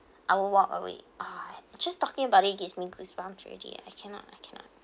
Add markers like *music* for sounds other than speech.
*breath* I will walk away I just talking about it gives me goosebumps already I cannot I cannot